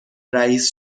رئیس